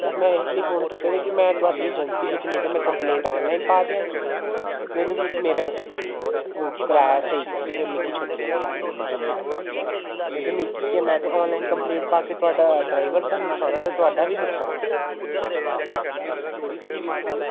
बस में इसलेई फोन कीता कि में थुआढ़ी अजेंसी बिच्च नेईं में कम्पलेंट आनलाइन पा दियां गेआ नेईं ते तुस मेरा ओह् कराया स्हेई करो ते मिगी छड्डी आएओ रियासी जम्मू तक नेईं तां मिकी केह् में ते आनलाइन कंप्लेट पा के थुहाडा ड्राईवर दा नुकसान ते थुहाड़ा बी नुकसान ऐ